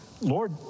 Lord